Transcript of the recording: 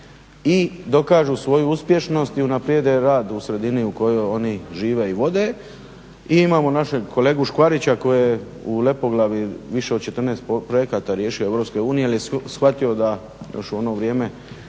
i dokažu svoju uspješnost i unaprijede rad u sredini u kojoj oni žive i vode i imamo našeg kolegu Škvarića koji je u Lepoglavi više od 14 projekata riješio Europske unije jer je shvatio još u ono vrijeme